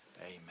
amen